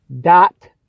dot